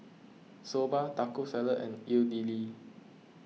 Soba Taco Salad and Idili